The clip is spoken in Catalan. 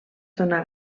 donar